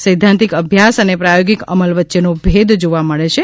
સૈદ્ધાંતિક અભ્યાસ અને પ્રાયોગિક અમલ વચ્ચેનો ભેદ જોવા મળે છે